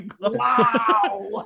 Wow